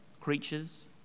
creatures